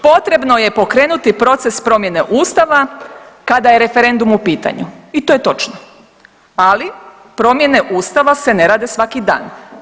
Potrebno je pokrenuti proces promjene Ustava kada je referendum u pitanju i to je točno, ali promjene Ustava se ne rade svaki dan.